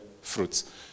fruits